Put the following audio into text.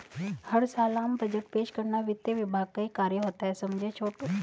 हर साल आम बजट पेश करना वित्त विभाग का ही कार्य होता है समझे छोटू